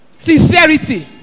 sincerity